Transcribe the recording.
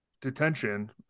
Detention